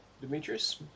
Demetrius